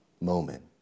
moment